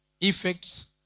Effects